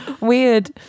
weird